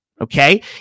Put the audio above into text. Okay